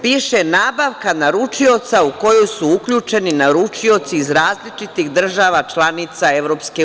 Piše – nabavka naručioca u koju su uključeni naručioci iz različitih država članica EU.